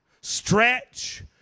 stretch